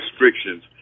restrictions